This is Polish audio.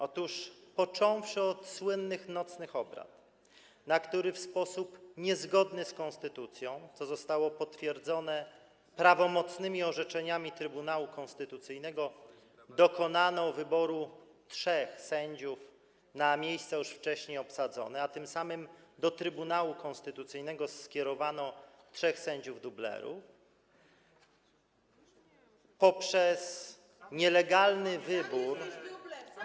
Otóż począwszy od słynnych nocnych obrad, podczas których w sposób niezgodny z konstytucją, co zostało potwierdzone prawomocnymi orzeczeniami Trybunału Konstytucyjnego, dokonano wyboru trzech sędziów na miejsca już wcześniej obsadzone, a tym samym do Trybunału Konstytucyjnego skierowano trzech sędziów dublerów, poprzez nielegalny wybór.